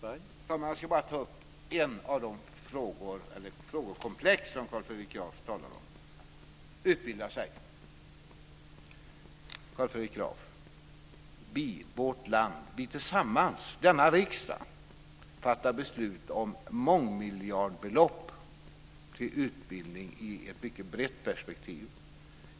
Herr talman! Jag ska bara gå in på ett av de frågekomplex som Carl Fredrik Graf tar upp, nämligen möjligheterna till utbildning. Carl Fredrik Graf! Vi tillsammans i vårt land och i denna riksdag fattar beslut om mångmiljardbelopp till utbildning i ett mycket brett perspektiv.